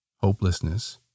hopelessness